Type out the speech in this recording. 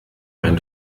ein